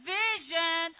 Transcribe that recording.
vision